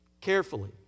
carefully